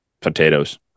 Potatoes